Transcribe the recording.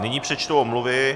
Nyní přečtu omluvy.